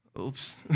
Oops